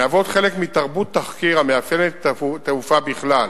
מהווים חלק מ"תרבות תחקיר" המאפיינת את התעופה בכלל.